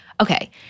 okay